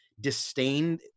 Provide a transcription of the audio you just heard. disdain